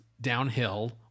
downhill